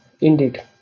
Indeed